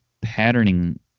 patterning